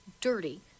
dirty